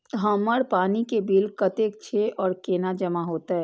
हमर पानी के बिल कतेक छे और केना जमा होते?